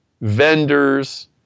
vendors